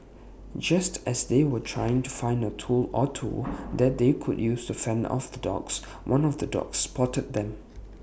just as they were trying to find A tool or two that they could use to fend off the dogs one of the dogs spotted them